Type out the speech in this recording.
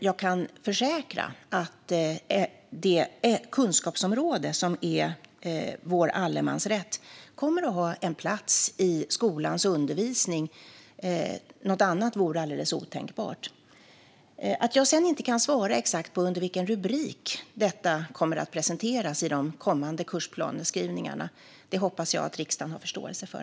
Jag kan dock försäkra att det kunskapsområde som är vår allemansrätt kommer att ha en plats i skolans undervisning - något annat vore alldeles otänkbart. Att jag sedan inte kan svara exakt på under vilken rubrik detta kommer att presenteras i de kommande kursplaneskrivningarna hoppas jag att riksdagen har förståelse för.